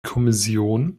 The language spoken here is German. kommission